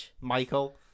Michael